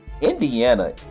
indiana